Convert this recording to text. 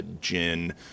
gin